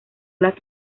las